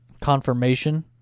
confirmation